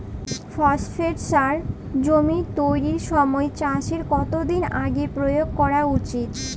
Phosphate সার জমি তৈরির সময় চাষের কত দিন আগে প্রয়োগ করা উচিৎ?